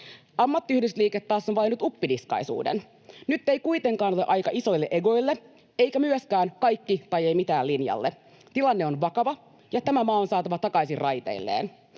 Ammattiyhdistysliike taas on valinnut uppiniskaisuuden. Nyt ei kuitenkaan ole aika isoille egoille eikä myöskään kaikki tai ei mitään -linjalle. Tilanne on vakava, ja tämä maa on saatava takaisin raiteilleen.